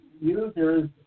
users